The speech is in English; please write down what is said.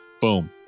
boom